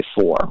four